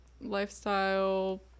lifestyle